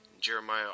Jeremiah